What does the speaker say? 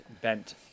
bent